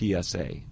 PSA